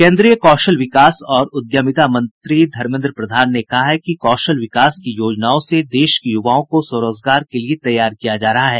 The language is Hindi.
केन्द्रीय कौशल विकास और उद्यमिता मंत्री धर्मेन्द्र प्रधान ने कहा है कि कौशल विकास की योजनाओं से देश की युवाओं को स्वरोजगार के लिये तैयार किया जा रहा है